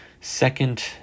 second